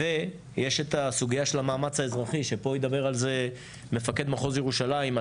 ויש את הסוגיה של המאמץ האזרחי שפה ידבר על זה מפקד מחוז ירושלים,